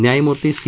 न्यायमूर्ती सी